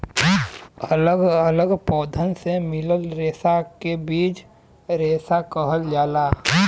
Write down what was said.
अलग अलग पौधन से मिलल रेसा के बीज रेसा कहल जाला